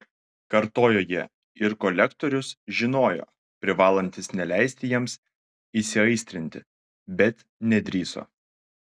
kartojo jie ir kolektorius žinojo privalantis neleisti jiems įsiaistrinti bet nedrįso